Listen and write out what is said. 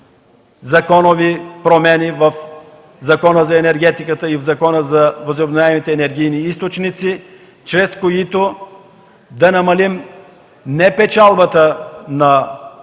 направим промени в Закона за енергетиката и Закона за възобновяемите енергийни източници, чрез които да намалим не печалбата на